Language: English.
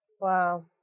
Wow